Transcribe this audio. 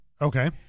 Okay